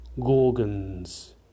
gorgons